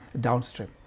downstream